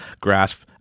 grasp